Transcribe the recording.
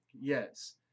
Yes